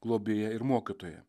globėją ir mokytoją